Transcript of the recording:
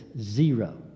zero